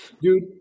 Dude